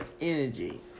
energy